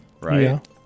right